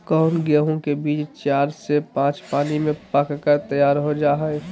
कौन गेंहू के बीज चार से पाँच पानी में पक कर तैयार हो जा हाय?